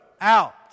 out